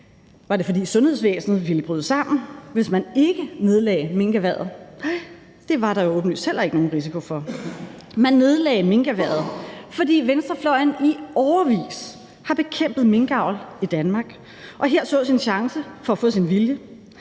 Var det, fordi sundhedsvæsenet ville bryde sammen, hvis man ikke nedlagde minkerhvervet? Nej, det var der åbenlyst heller ikke nogen risiko for. Man nedlagde minkerhvervet, fordi venstrefløjen i årevis har bekæmpet minkavl i Danmark og her så en chance for at få deres vilje,